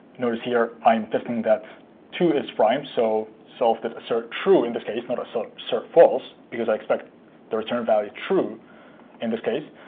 notice here i'm testing that two is prime. so solved it assert true, in this case, not assert assert false, because i expect the return value true in this case.